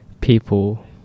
People